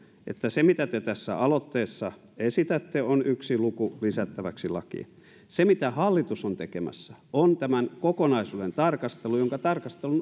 että se mitä te tässä aloitteessanne esitätte on yksi luku lisättäväksi lakiin ja se mitä hallitus on tekemässä on tämän kokonaisuuden tarkastelu jonka